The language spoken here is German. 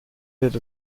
wird